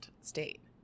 state